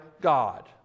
God